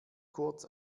kurz